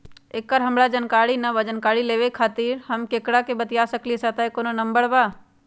एकर हमरा जानकारी न बा जानकारी लेवे के खातिर हम केकरा से बातिया सकली ह सहायता के कोनो नंबर बा?